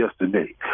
yesterday